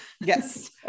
Yes